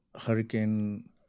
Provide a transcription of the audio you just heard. hurricane